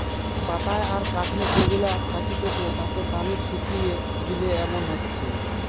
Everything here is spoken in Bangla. পাতায় আর কাঠি যে গুলা থাকতিছে তাতে পানি শুকিয়ে গিলে এমন হচ্ছে